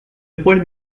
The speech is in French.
problème